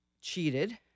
cheated